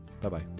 Bye-bye